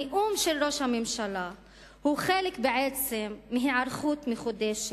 הנאום של ראש הממשלה הוא חלק מהיערכות מחודשת,